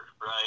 right